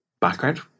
background